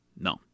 No